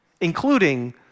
including